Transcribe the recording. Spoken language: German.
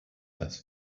das